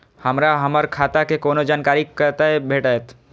हमरा हमर खाता के कोनो जानकारी कतै भेटतै?